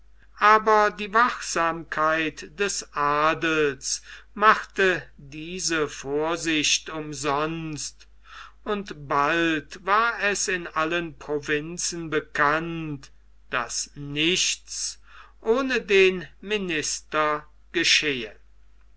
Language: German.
aber die wachsamkeit des adels machte diese vorsicht umsonst und bald war es in allen provinzen bekannt daß nichts ohne den minister geschehe